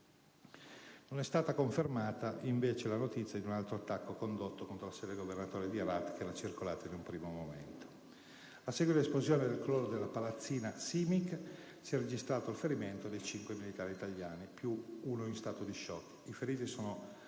Non è stata confermata invece la notizia di un altro attacco condotto contro la sede del governatore di Herat, che era circolata in un primo momento. A seguito dell'esplosione e del crollo della palazzina CIMIC, si è registrato il ferimento di 5 militari italiani, più uno in stato di *shock*. I feriti sono stati